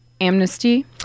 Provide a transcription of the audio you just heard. amnesty